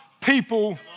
people